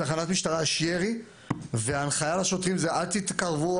המשטרה, וההנחיה לשוטרים היא לא להתקרב.